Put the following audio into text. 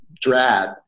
drab